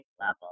level